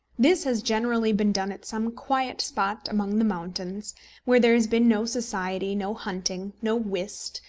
this has generally been done at some quiet spot among the mountains where there has been no society, no hunting, no whist,